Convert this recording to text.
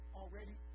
already